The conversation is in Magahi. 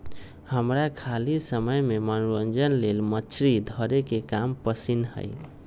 हमरा खाली समय में मनोरंजन लेल मछरी धरे के काम पसिन्न हय